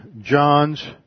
John's